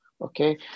okay